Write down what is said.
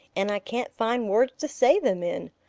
and i can't find words to say them in.